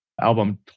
Album